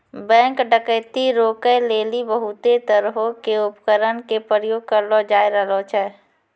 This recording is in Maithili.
बैंक डकैती रोकै लेली बहुते तरहो के उपकरण के प्रयोग करलो जाय रहलो छै